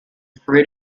fruit